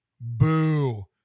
boo